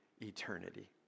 eternity